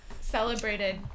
celebrated